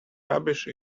rubbish